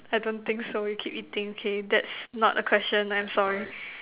I don't think so we keep eating K that's not a question I'm sorry